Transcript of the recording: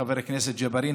חבר הכנסת ג'בארין,